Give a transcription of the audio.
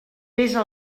pesa